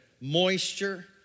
moisture